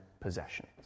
possessions